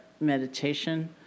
meditation